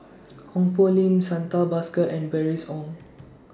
Ong Poh Lim Santha Bhaskar and Bernice Ong